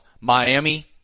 Miami